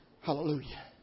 Hallelujah